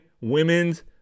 Women's